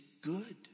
good